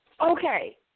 Okay